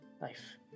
life